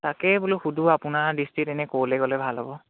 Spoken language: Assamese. তাকে বোলো সোধো আপোনাৰ দৃষ্টিত এনেই ক'লে গ'লে ভাল হ'ব